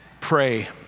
pray